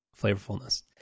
flavorfulness